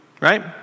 right